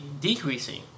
decreasing